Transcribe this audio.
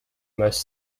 most